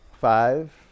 Five